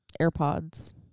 AirPods